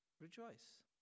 rejoice